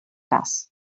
cas